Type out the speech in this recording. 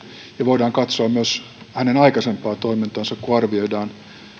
ja voidaan katsoa myös hänen aikaisempaa toimintaansa kun arvioidaan mahdollisuuksia